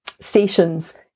stations